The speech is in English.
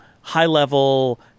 high-level